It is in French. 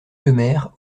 lemaire